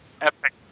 epic